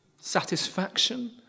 satisfaction